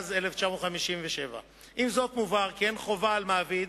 התשי"ז 1957. עם זאת, מובהר כי אין חובה על המעביד